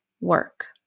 work